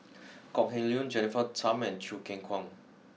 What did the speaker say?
Kok Heng Leun Jennifer Tham and Choo Keng Kwang